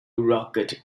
rocket